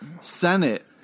Senate